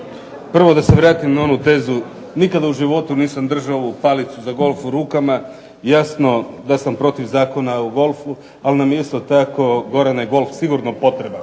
Prvo da se vratim na onu tezu, nikada u životu nisam držao ovu palicu za golf u rukama. Jasno da sam protiv Zakona o golfu ali nam je isto tako Gorane i golf sigurno potreban,